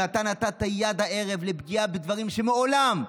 ואתה נתת יד הערב לפגיעה בדברים שמעולם,